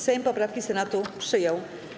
Sejm poprawki Senatu przyjął.